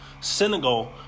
Senegal